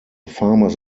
farmers